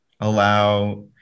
allow